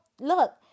look